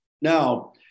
Now